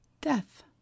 death